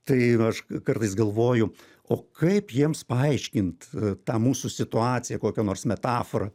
tai nu aš kartais galvoju o kaip jiems paaiškint tą mūsų situaciją kokia nors metafora